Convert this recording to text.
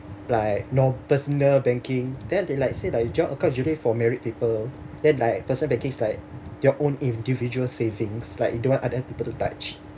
like you know personal banking then they like say like joint account usually for married people then like personal banking is like their own individual savings like you don't want other people to touch